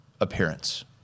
appearance